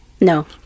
No